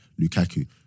Lukaku